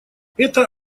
это